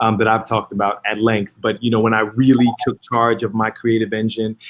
um that i've talked about at length, but you know, when i really took charge of my creative engine,